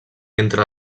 entre